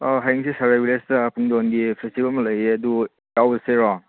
ꯍꯌꯦꯡꯁꯤ ꯄꯨꯡꯗꯣꯟꯒꯤ ꯐꯦꯁꯇꯤꯕꯦꯜ ꯑꯃ ꯂꯩꯌꯦ ꯑꯗꯨ ꯌꯥꯎꯔꯨꯁꯤꯔꯣ